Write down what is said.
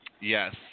Yes